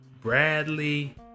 Bradley